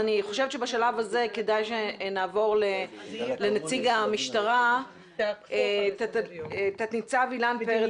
בשלב הזה אני מבקשת לעבור לנציג המשטרה תנ"צ אילן פרץ,